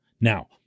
Now